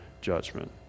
judgment